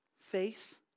Faith